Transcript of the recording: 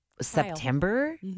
September